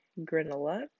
granola